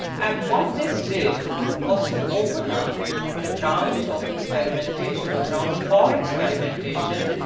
and what this did was to open up the ground of experimentation or ground for experimentation,